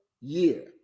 year